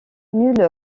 nul